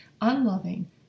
unloving